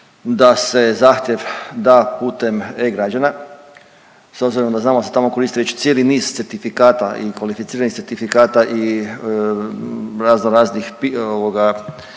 da se zahtjev da putem e-građana s obzirom da znamo da se tamo već koristi cijeli niz certifikata i kvalificiranih certifikata i razno